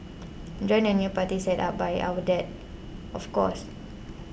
join the new party set up by our dad of course